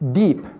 deep